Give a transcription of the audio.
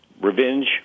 revenge –